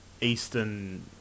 Eastern